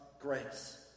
grace